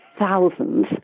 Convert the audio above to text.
Thousands